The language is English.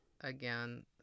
again